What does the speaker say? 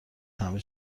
همه